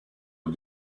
aux